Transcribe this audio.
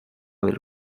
del